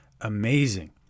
amazing